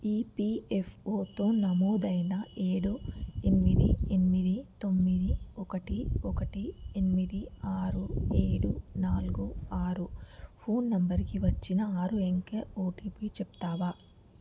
ఈపిఎఫ్ఓతో నమోదైన ఏడు ఎనిమిది ఎనిమిది తొమ్మిది ఒకటి ఒకటి ఎనిమిది ఆరు ఏడు నాలుగు ఆరు ఫోన్ నంబర్కి వచ్చిన ఆరు అంక్య ఓటిపి చెప్తావా